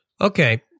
Okay